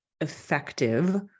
effective